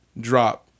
drop